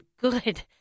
good